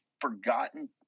forgotten